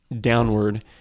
downward